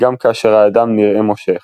גם כאשר האדם נראה מושך.